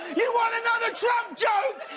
you want another trump joke,